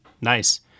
nice